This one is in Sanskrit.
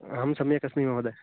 अहं सम्यक् अस्मि महोदयः